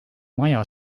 maja